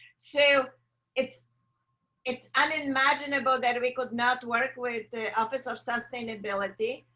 so it's it's unimaginable that we could not work with the office of sustainability,